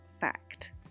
fact